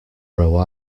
row